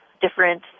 different